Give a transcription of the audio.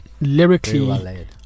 lyrically